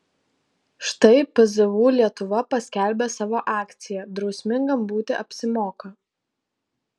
štai pzu lietuva paskelbė savo akciją drausmingam būti apsimoka